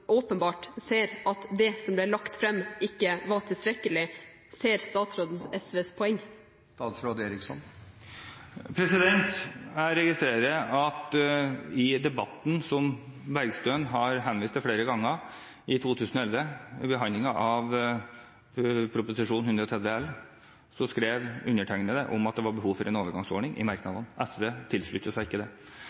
åpenbart ser at det som ble lagt fram, ikke var tilstrekkelig, ser statsråden SVs poeng? Under behandlingen av Prop. 130 L i 2011, som Bergstø har henvist til flere ganger, skrev undertegnede i merknadene at det var behov for en overgangsordning. SV sluttet seg ikke til det. Hvis SV så at behovet var der, hadde SV en god, gyllen mulighet til å gjøre noe med det